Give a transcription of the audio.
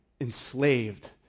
enslaved